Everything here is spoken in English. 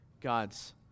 God's